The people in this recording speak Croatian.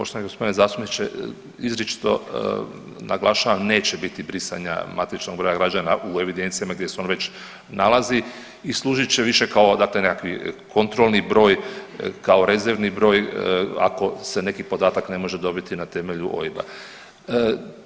Poštovani gospodine zastupniče, izričito naglašavam neće biti brisanja matičnog broja građana u evidencijama gdje se on već nalazi i služit će više kao dakle nekakvi kontrolni broj, kao rezervni broj ako se neki podatak ne može dobiti na temelju OIB-a.